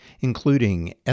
including